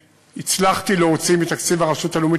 הצלחתי להוציא מתקציב הרשות הלאומית